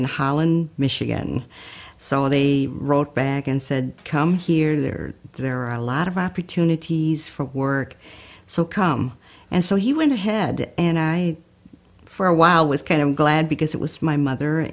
in holland michigan so they wrote back and said come here there are there are a lot of opportunities for work so come and so he went ahead and i for a while was kind of glad because it was my mother